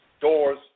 doors